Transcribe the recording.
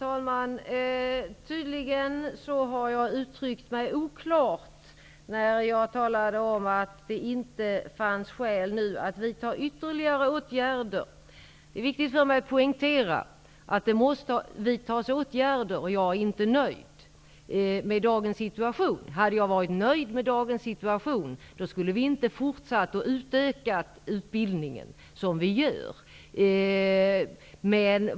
Herr talman! Jag har tydligen uttryckt mig oklart när jag talade om att det inte fanns skäl att nu vidta ytterligare åtgärder. Det är viktigt för mig att poängtera att det måste vidtas åtgärder. Jag är inte nöjd med dagens situation. Hade jag varit nöjd med dagens situation skulle vi inte fortsatt att utöka utbildningen som vi gör.